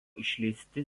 išleisti